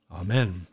Amen